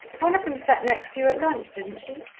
one of them sat next to you at lunch, didn't she?